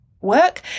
work